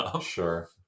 sure